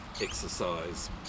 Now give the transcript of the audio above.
exercise